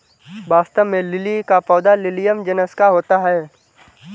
वास्तव में लिली का पौधा लिलियम जिनस का होता है